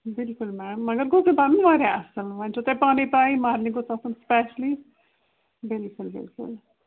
بلکُل میم مگر گوٚژھ یہِ بَنُن واریاہ اَصٕل وۄنۍ چھو تۄہہِ پانَے پَے مَہَرنہِ گوٚژھ آسُن سِپیشلٕے بلکُل بلکُل